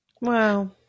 Wow